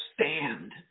stand